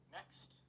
Next